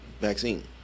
vaccine